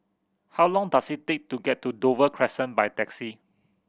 how long does it take to get to Dover Crescent by taxi